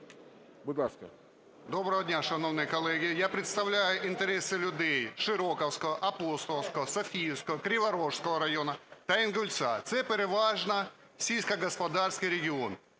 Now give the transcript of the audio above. Доброго дня, шановні колеги. Я представляю інтереси людей Широківського, Апостолівського, Софіївського, Криворіжського району та Інгульця. Це переважно сільськогосподарський регіон.